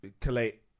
collate